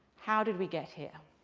how did we get here?